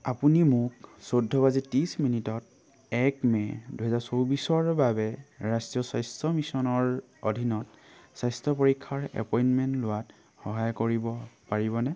আপুনি মোক চৈধ্য বাজি ত্ৰিশ মিনিটত এক মে দুহেজাৰ চৌবিছৰ বাবে ৰাষ্ট্ৰীয় স্বাস্থ্য মিছনৰ অধীনত স্বাস্থ্য পৰীক্ষাৰ এপইণ্টমেণ্ট লোৱাত সহায় কৰিব পাৰিবনে